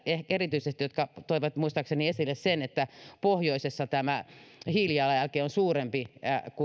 erityisesti vihreiltä jotka toivat muistaakseni esille sen että pohjoisessa tämä hiilijalanjälki on suurempi